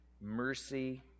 mercy